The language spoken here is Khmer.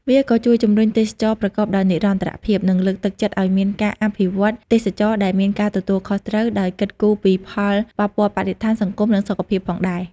វាក៏ជួយជំរុញទេសចរណ៍ប្រកបដោយនិរន្តរភាព និងលើកទឹកចិត្តឱ្យមានការអភិវឌ្ឍទេសចរណ៍ដែលមានការទទួលខុសត្រូវ ដោយគិតគូរពីផលប៉ះពាល់បរិស្ថាន សង្គម និងសុខភាពផងដែរ ។